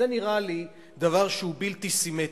זה נראה לי דבר שהוא בלתי סימטרי.